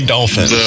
Dolphins